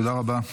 תודה רבה.